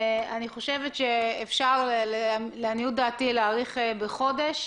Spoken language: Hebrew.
אני חושבת שאפשר, לעניות דעתי, להאריך בחודש,